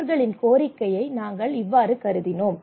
அவர்களின் கோரிக்கையை நாங்கள் இவ்வாறு கருதினோம்